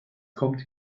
kommt